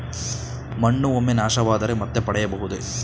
ಮಣ್ಣು ಒಮ್ಮೆ ನಾಶವಾದರೆ ಮತ್ತೆ ಪಡೆಯಬಹುದೇ?